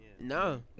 No